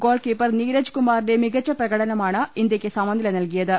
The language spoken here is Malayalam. ഗോൾ കീപ്പർ നീരജ് കുമാറിന്റെ മികച്ച പ്രകടനമാണ് ഇന്ത്യക്ക് സമനില നൽകിയത്